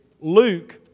Luke